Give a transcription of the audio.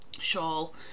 shawl